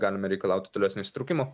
galime reikalauti tolesnio įsitraukimo